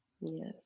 Yes